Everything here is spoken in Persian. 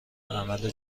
عمل